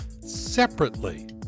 separately